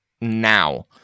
now